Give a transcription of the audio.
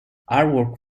artwork